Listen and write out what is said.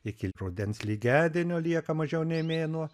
iki rudens lygiadienio lieka mažiau nei mėnuo